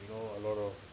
you know a lot of